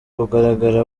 kugaragara